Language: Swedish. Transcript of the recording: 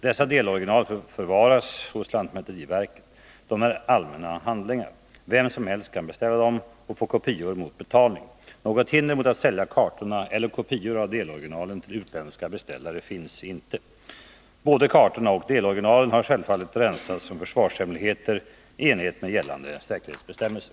Dessa deloriginal förvaras hos lantmäteriverket. De är allmänna handlingar. Vem som helst kan beställa fram dem och få kopior mot betalning. Något hinder mot att sälja kartorna eller kopior av deloriginalen till utländska beställare finns inte. Både kartorna och deloriginalen har självfallet rensats från försvarshemligheter i enlighet med gällande sekretessbestämmelser.